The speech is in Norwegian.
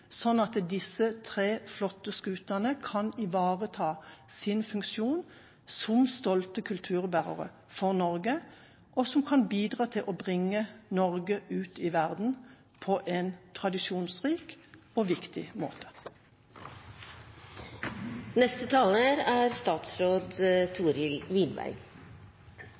sånn at disse tre flotte skutene kan ivareta sin funksjon som stolte kulturbærere for Norge og bidra til å bringe Norge ut i verden på en tradisjonsrik og viktig måte. Det er